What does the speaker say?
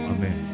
Amen